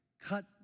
cut